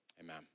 amen